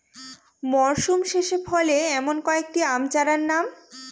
মরশুম শেষে ফলে এমন কয়েক টি আম চারার নাম?